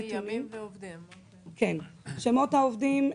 שמות העובדים,